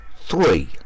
three